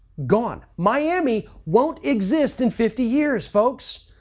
gone. miami won't exist in fifty years folks.